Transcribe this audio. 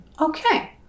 Okay